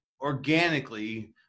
organically